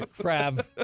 Crab